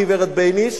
הגברת בייניש,